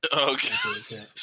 okay